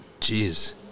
Jeez